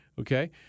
okay